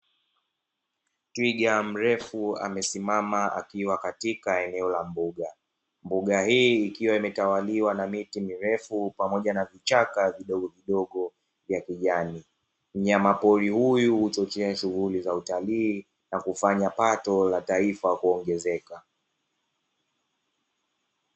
Twiga mrefu amesimama akiwa katika eneo la mbuga, mbuga hii ikiwa imetawaliwa na miti mirefu pamoja na vichaka vidogovidogo vya kijani. Mnyama pori huyu huchochea shughuli za utalii, na kufanya pato la taifa kuongezeka.